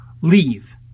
leave